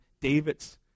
David's